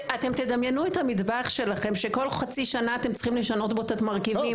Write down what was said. תדמיינו את המטבח שלכם שכל חצי שנה אתם צריכים לשנות בו את המרכיבים.